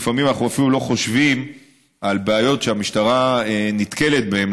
לפעמים אנחנו לא חושבים על בעיות שהמשטרה נתקלת בהן.